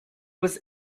was